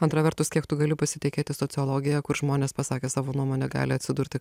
antra vertus kiek tu gali pasitikėti sociologija kur žmonės pasakę savo nuomonę gali atsidurti